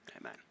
amen